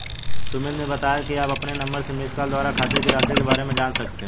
सुमित ने बताया कि आप अपने नंबर से मिसकॉल द्वारा खाते की राशि के बारे में जान सकते हैं